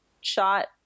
shot